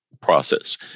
process